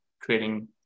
creating